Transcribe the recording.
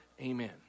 Amen